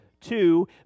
two